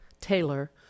Taylor